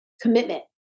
commitment